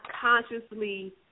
consciously